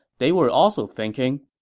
they were also thinking,